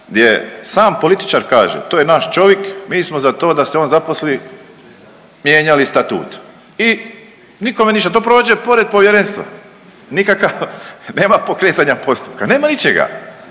gdje sam političar kaže to je naš čovik mi smo za to da se on zaposli mijenjali statut i nikome ništa to prođe pored povjerenstva, nikakav nema pokretanja postupka nema ničega.